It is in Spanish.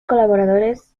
colaboradores